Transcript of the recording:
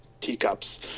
teacups